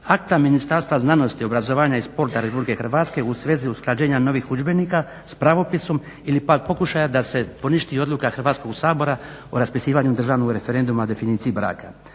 akta Ministarstva znanosti i obrazovanja i sporta RH u svezi usklađenja novih udžbenika s pravopisom ili pak pokušaja da se poništi odluka Hrvatskog sabora o raspisivanju državnog referenduma definiciji braka.